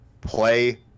Play